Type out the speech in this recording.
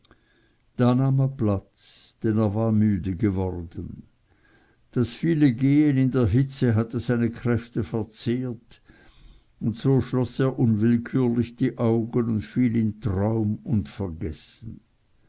da nahm er platz denn er war müde geworden das viele gehen in der hitze hatte seine kräfte verzehrt und so schloß er unwillkürlich die augen und fiel in traum und vergessen